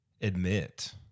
admit